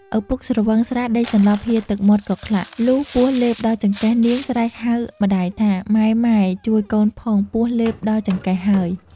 ឪពុកស្រវឹងស្រាដេកសន្លប់ហៀរទឹកមាត់កក្លាក់ ។ លុះពស់លេបដល់ចង្កេះនាង ស្រែកហៅម្ដាយថា “ម៉ែៗ ជួយកូនផងពស់លេបដល់ចង្កេះហើយ ” ។